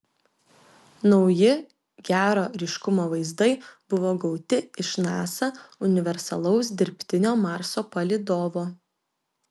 nauji gero ryškumo vaizdai buvo gauti iš nasa universalaus dirbtinio marso palydovo